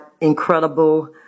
incredible